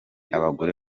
abagore